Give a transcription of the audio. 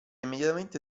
immediatamente